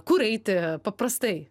kur eiti paprastai